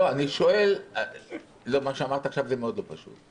לא, מה שאמרת עכשיו זה מאוד לא פשוט,